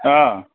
অঁ